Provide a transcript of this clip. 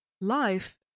Life